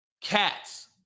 cats